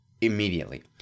immediately